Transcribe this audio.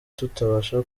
tutabasha